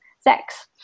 sex